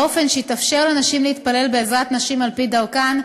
באופן שיתאפשר לנשים להתפלל בעזרת הנשים על-פי דרכן,